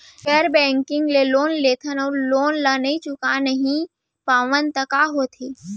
गैर बैंकिंग ले लोन लेथन अऊ लोन ल चुका नहीं पावन त का होथे?